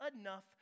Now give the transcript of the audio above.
enough